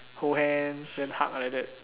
hold hands then hug like that